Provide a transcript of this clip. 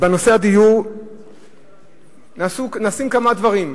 בנושא הדיור נעשים כמה דברים,